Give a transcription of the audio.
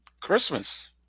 Christmas